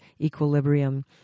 equilibrium